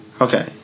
okay